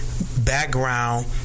background